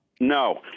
No